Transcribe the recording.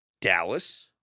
Dallas